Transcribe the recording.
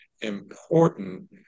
important